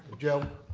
joe.